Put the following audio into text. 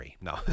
No